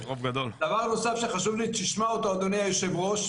דבר אחד שחשוב לי שתשמע אותו, אדוני היושב-ראש: